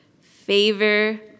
Favor